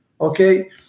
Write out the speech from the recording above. Okay